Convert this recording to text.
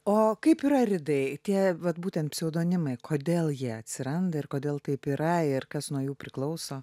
o kaip yra ridai tie vat būtent pseudonimai kodėl jie atsiranda ir kodėl taip yra ir kas nuo jų priklauso